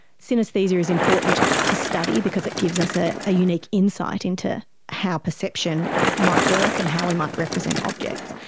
synaesthesia is important to study, because it gives us ah a unique insight into how perception might work and how we might represent objects.